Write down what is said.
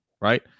right